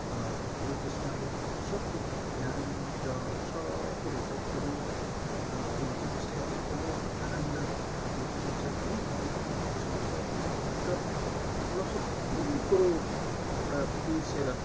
के अरे त्यसमा अब सब कुरो ध्यान जप सब कुरो हुन्छ एकदमै के भन्छ त्यसले अब एकदमै आनन्द त दिन्छै दिन्छ है मन मस्तिस्क सबै वरिपरि सब मतलब सबै कुरो एउटा बिर्सिएर